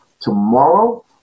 tomorrow